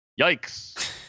yikes